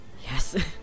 Yes